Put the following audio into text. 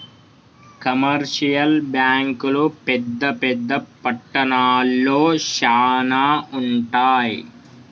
commercial బ్యాంకులు పెద్ద పెద్ద పట్టణాల్లో శానా ఉంటయ్